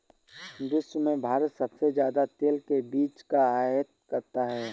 विश्व में भारत सबसे ज्यादा तेल के बीज का आयत करता है